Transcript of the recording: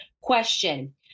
question